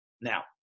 Now